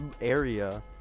area